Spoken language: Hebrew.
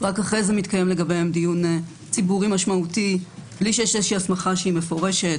רק אחרי זה מתקיים לגבי זה דיון ציבורי משמעותי בלי שיש הסמכה מפורשת,